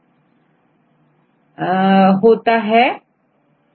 यहां आप zinc ion देख सकते हैं